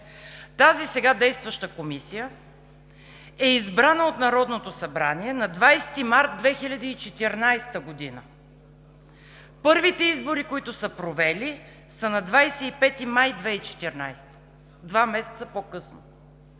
тази сега действаща Комисия е избрана от Народното събрание на 20 март 2014 г. Първите избори, които са провели, са на 25 май 2014 г. – два месеца по-късно,